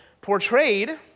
portrayed